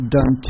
done